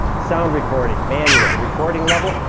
sound recording. manual. recording level.